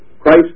Christ